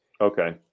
Okay